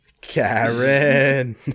karen